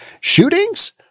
Shootings